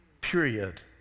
period